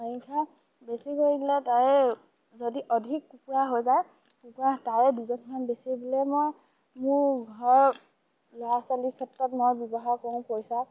সংখ্যা বেছি কৰি দিলে তাৰে যদি অধিক কুকুৰা হৈ যায় কুকুৰা তাৰে দুজনীমান বেচি বোলে মই মোৰ ঘৰৰ ল'ৰা ছোৱালীৰ ক্ষেত্ৰত মই ব্যৱহাৰ কৰোঁ পইচা